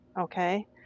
okay